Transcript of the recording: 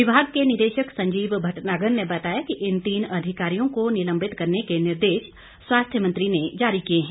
विभाग के निदेशक संजीव भटनागर ने बताया कि इन तीन अधिकारियों को निलंबित करने के निर्देश स्वास्थ्य मंत्री ने जारी किए हैं